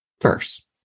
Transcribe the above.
first